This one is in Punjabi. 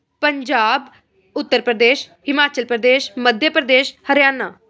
ਪੰਜਾਬ ਉੱਤਰ ਪ੍ਰਦੇਸ਼ ਹਿਮਾਚਲ ਪ੍ਰਦੇਸ਼ ਮੱਧਿਆ ਪ੍ਰਦੇਸ਼ ਹਰਿਆਣਾ